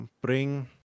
bring